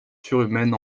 surhumaine